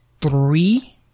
three